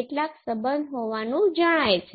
સાથેનું મૂલ્ય છે